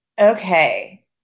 Okay